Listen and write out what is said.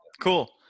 Cool